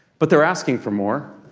but they're asking for more.